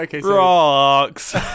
Rocks